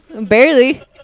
barely